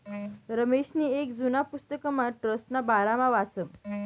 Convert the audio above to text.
रमेशनी येक जुना पुस्तकमा ट्रस्टना बारामा वाचं